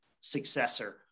successor